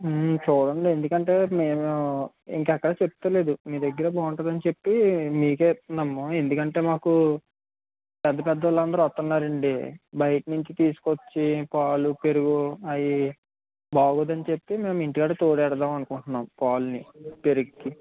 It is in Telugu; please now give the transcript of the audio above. చూడండి ఎందుకు అంటే మేము ఇంక ఎక్కడ చెప్తలేదు మీ దగ్గర బాగుంటుంది అని చెప్పి మీకే ఇత్తున్నాము ఎందుకు అంటే మాకు పెద్ద పెద్దోళ్లు అందరూ వస్తునారండి బయట నుంచి తీసుకొచ్చి పాలు పెరుగు అవి బాగోదు అని చెప్పి మేము ఇంటికాడే తోడేడుదాము అనుకుంటున్నాం అని పాలుని పెరుగుకి